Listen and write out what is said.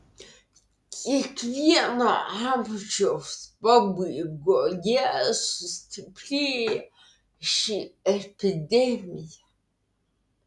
kiekvieno amžiaus pabaigoje sustiprėja ši epidemija